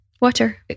water